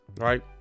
right